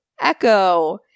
echo